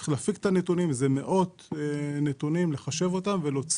צריך להפיק את הנתונים ואלה מאות נתונים לחשב אותם ולראות